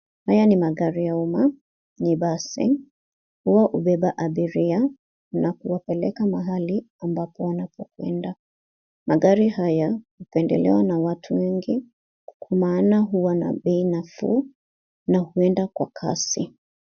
Haya ni magari ya umma. Ni basi, huwa hubeba abiria na kuwapeleka mahali ambapo wanapokwenda. Magari haya hupendelewa na watu wengi kwa maana huwa na bei nafuu na huenda kwa kasi.